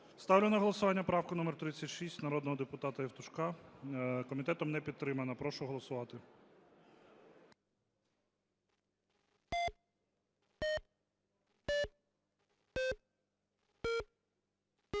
Ставлю на голосування правку номер 36 народного депутата Євтушка. Комітетом не підтримана. Прошу голосувати.